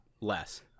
less